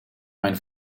mijn